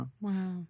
Wow